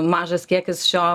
mažas kiekis šio